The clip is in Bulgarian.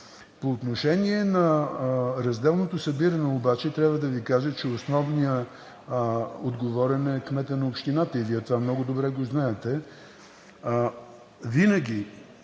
По отношение на разделното събиране обаче трябва да Ви кажа, че основният отговорен е кметът на общината и Вие това много добре го знаете.